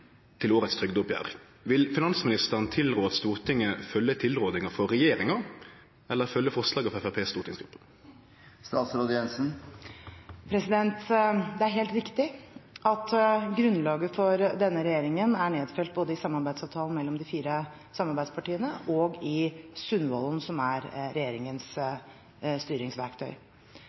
til årets trygdeoppgjer. Vil finansministeren tilrå at Stortinget følgjer tilrådinga frå regjeringa eller forslaget frå Framstegspartiets stortingsgruppe? Det er helt riktig at grunnlaget for denne regjeringen er nedfelt både i samarbeidsavtalen mellom de fire samarbeidspartiene og i Sundvolden-erklæringen, som er regjeringens